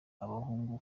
abahungu